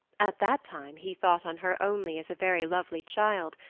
at that time he thought on her only as a very lovely child,